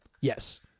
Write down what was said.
Yes